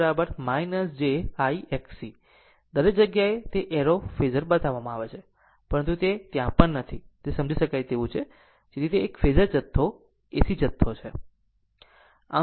અને VC j I Xc દરેક જગ્યાએ તે આ એરો ફેઝર બતાવવામાં આવે છે પરંતુ તે ત્યાં પણ નથી તે સમજી શકાય તેવું છે જેથી તે એક ફેઝર જથ્થો AC જથ્થો છે